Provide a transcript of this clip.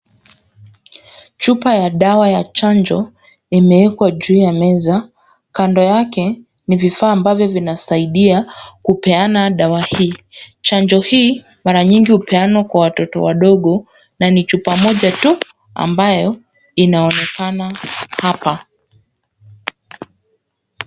Chupa ya dawa ya chanjo, imewekwa juu ya meza, kando yake ni vifaa ambavyo vinasaidia kupeana dawa hii. Chanjo hii mara nyingi hupeanwa kwa watoto wadogo na ni chupa moja tu ambayo inaonekana hapa.